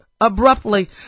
abruptly